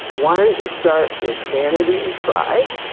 why aren't you start with vanity and pride